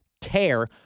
tear